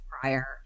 prior